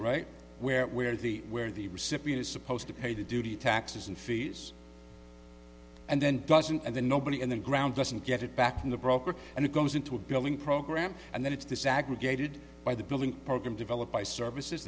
right where it where the where the recipient is supposed to pay to do the taxes and fees and then doesn't and then nobody in the ground doesn't get it back in the broker and it goes into a building program and then it's this aggregated by the building program developed by services